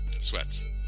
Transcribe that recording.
Sweats